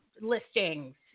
listings